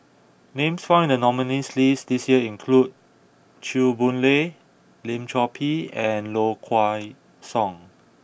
names found in the nominees' list this year include Chew Boon Lay Lim Chor Pee and Low Kway Song